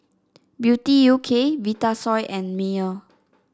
Beauty U K Vitasoy and Mayer